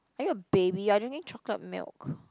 are you a baby you are drinking chocolate milk